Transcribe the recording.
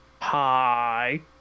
Hi